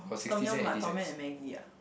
Tom Yum what tom yum and Maggie ah